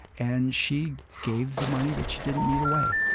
and she gave the money that she didn't need away.